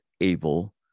able